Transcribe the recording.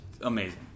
Amazing